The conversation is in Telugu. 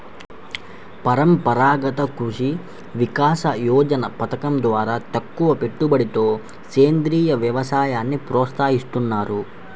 పరంపరాగత కృషి వికాస యోజన పథకం ద్వారా తక్కువపెట్టుబడితో సేంద్రీయ వ్యవసాయాన్ని ప్రోత్సహిస్తున్నారు